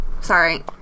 sorry